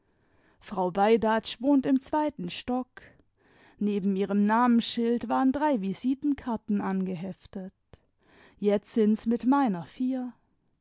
frau beidatsch wohnt im zweiten stock neben ihrem namensschild waren drei visitenkarten angeheftet jetzt sind's mit meiner vier